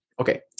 Okay